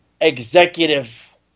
Executive